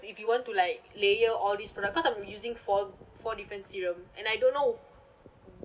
if you want to like layer all these products cause I'm using four four different serum and I don't know